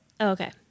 Okay